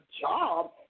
job